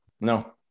no